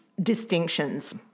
distinctions